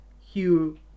Hugh